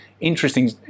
interesting